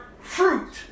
fruit